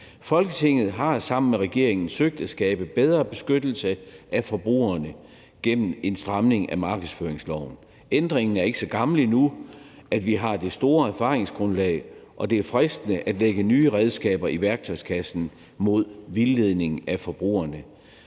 Folketinget har sammen med regeringen søgt at skabe bedre beskyttelse af forbrugerne gennem en stramning af markedsføringsloven. Ændringen er ikke så gammel endnu, at vi har det store erfaringsgrundlag, og det er fristende at lægge nye redskaber i værktøjskassen mod vildledning af forbrugerne.